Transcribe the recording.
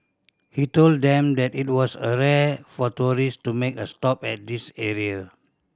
he told them that it was a rare for tourist to make a stop at this area